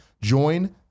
join